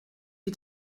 die